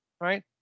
right